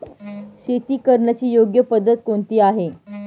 शेती करण्याची योग्य पद्धत कोणती आहे?